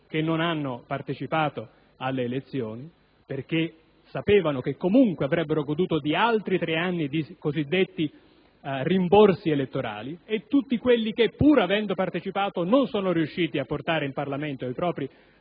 che non hanno partecipato alle elezioni perché sapevano che comunque avrebbero goduto di altri tre anni dei cosiddetti rimborsi elettorali e tutti quelli che, pur avendo partecipato, non sono riusciti a portare in Parlamento i propri